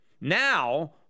Now